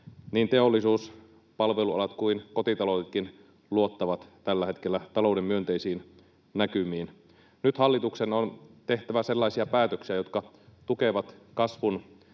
Niin teollisuus, palvelualat kuin kotitaloudetkin luottavat tällä hetkellä talouden myönteisiin näkymiin. Nyt hallituksen on tehtävä sellaisia päätöksiä, jotka tukevat kasvun